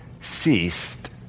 ceased